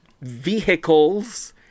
vehicles